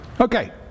Okay